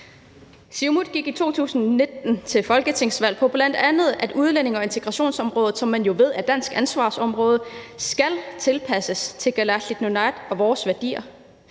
Siumut gik i 2019 bl.a. til folketingsvalg på, at udlændinge- og integrationsområdet, som man jo ved er dansk ansvarsområde, skal tilpasses Kalaalit Nunaat og vores værdier,